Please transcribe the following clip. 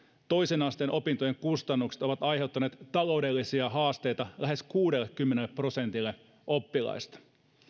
toisen asteen opintojen kustannukset ovat aiheuttaneet taloudellisia haasteita lähes kuudellekymmenelle prosentille oppilaista